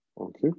Okay